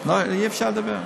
אי-אפשר לדבר.